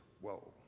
whoa